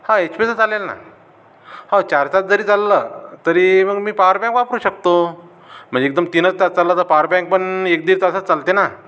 हा एच पी याचा चालेल ना हो चार तास जरी चालला तरी मग मी पॉवर बँक वापरू शकतो म्हणजे एकदम तीनच तास चालला तर पॉवर बँक पण एक दीड तासच चालते ना